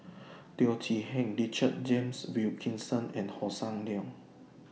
Teo Chee Hean Richard James Wilkinson and Hossan Leong